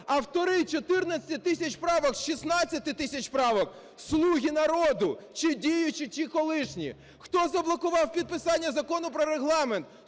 Автори 14 тисяч правок з 16 тисяч правок – "Слуги народу", чи діючі, чи колишні. Хто заблокував підписання закону про Регламент?